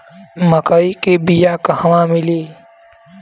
मक्कई के बिया क़हवा मिली?